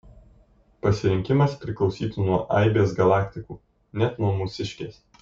pasirinkimas priklausytų nuo aibės galaktikų net nuo mūsiškės